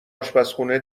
اشپزخونه